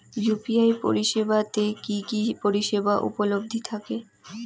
UPI পরিষেবা তে কি কি পরিষেবা উপলব্ধি থাকে?